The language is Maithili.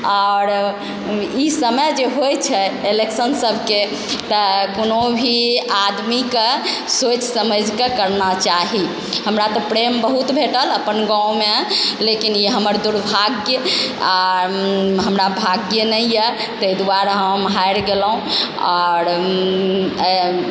आओर ई समय जे होइ छै इलेक्शन सबके तऽ कोनो भी आदमीके सोचि समझि कऽ करना चाही हमरा तऽ प्रेम बहुत भेटल अपन गाँवमे लेकिन ई हमर दुर्भाग्य आओर हमरा भाग्य नहि यऽ ताहि दुआरे हम हारि गेलहुँ आओर